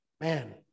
man